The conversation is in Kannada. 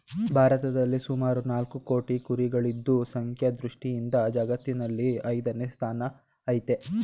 ಭಾರತದಲ್ಲಿ ಸುಮಾರು ನಾಲ್ಕು ಕೋಟಿ ಕುರಿಗಳಿದ್ದು ಸಂಖ್ಯಾ ದೃಷ್ಟಿಯಿಂದ ಜಗತ್ತಿನಲ್ಲಿ ಐದನೇ ಸ್ಥಾನ ಆಯ್ತೆ